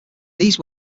these